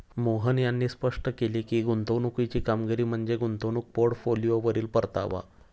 मोहन यांनी स्पष्ट केले की, गुंतवणुकीची कामगिरी म्हणजे गुंतवणूक पोर्टफोलिओवरील परतावा